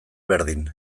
berdin